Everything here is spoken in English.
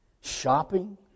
shopping